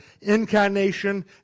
incarnation